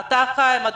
אתה חיים ביבס,